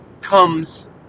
comes